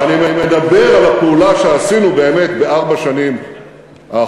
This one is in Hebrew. אני מדבר על הפעולה שעשינו באמת בארבע השנים האחרונות,